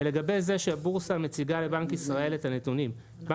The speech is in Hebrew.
ולגבי זה שהבורסה מציגה לבנק ישראל את הנתונים,